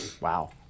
Wow